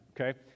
okay